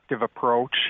approach